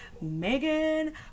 Megan